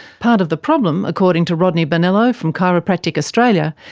part of the problem, according to rodney bonello from chiropractic australia,